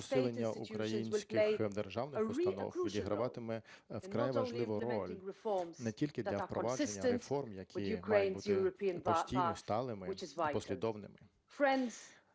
посилення українських державних установ відіграватиме вкрай важливу роль не тільки для впровадження реформ, які мають бути постійно сталими, послідовними.